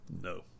No